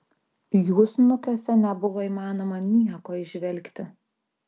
jų snukiuose nebuvo įmanoma nieko įžvelgti